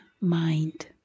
mind